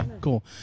cool